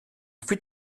fit